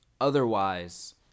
Otherwise